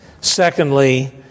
Secondly